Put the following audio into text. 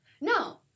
No